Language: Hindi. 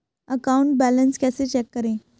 अकाउंट बैलेंस कैसे चेक करें?